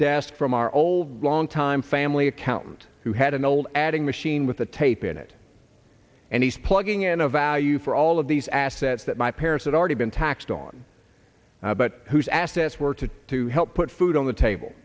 desk from our old longtime family accountant who had an old adding machine with a tape in it and he's plugging in a value for all of these assets that my parents had already been taxed on but whose assets were to to help put food on the table